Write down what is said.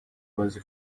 بازی